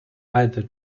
either